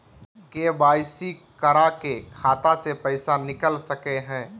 KYC करा के खाता से पैसा निकल सके हय?